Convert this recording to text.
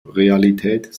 realität